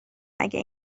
اگه